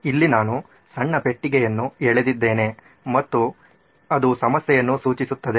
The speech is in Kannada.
ಇಲ್ಲಿ ನಾನು ಸಣ್ಣ ಪೆಟ್ಟಿಗೆಯನ್ನು ಎಳೆದಿದ್ದೇನೆ ಮತ್ತು ಅದು ಸಮಸ್ಯೆಯನ್ನು ಸೂಚಿಸುತ್ತದೆ